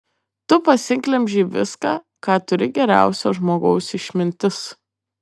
tu pasiglemžei viską ką turi geriausio žmogaus išmintis